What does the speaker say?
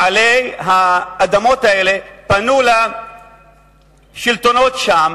בעלי האדמות האלה פנו אל השלטונות שם,